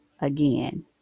Again